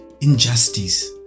injustice